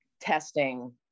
testing